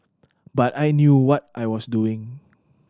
but I knew what I was doing